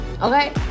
Okay